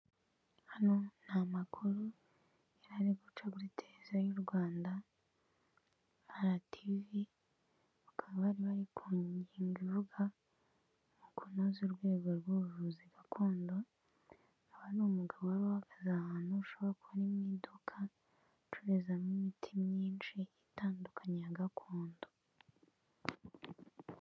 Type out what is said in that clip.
Hano ni amakuru yari ari guca kuri televiziyo y'u Rwanda ''RTV'', bakaba bari bari ku ngingo ivuga mu kunoza urwego rw'ubuvuzi gakondo. Aha ni umugabo wari uhagaze ahantu hashobora kuba ari mu iduka ricururizwamo imiti myinshi itandukanye ya gakondo.